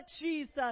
Jesus